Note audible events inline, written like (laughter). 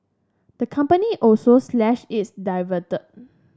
the company also slashed its (unintelligible)